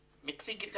מציג את